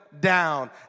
down